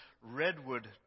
redwood